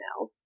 emails